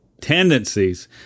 tendencies